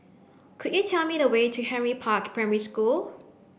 could you tell me the way to Henry Park Primary School